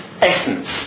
essence